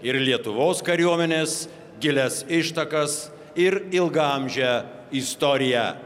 ir lietuvos kariuomenės gilias ištakas ir ilgaamžę istoriją